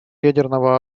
ядерного